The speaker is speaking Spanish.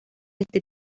este